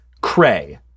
cray